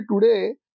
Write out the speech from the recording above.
today